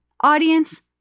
audience